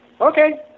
Okay